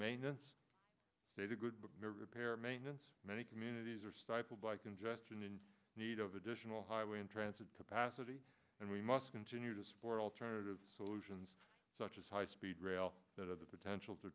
maintenance data good repair maintenance many communities are stifled by congestion in need of additional highway and transit capacity and we must continue to support alternative solutions such as high speed rail that are the potential to